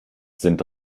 sind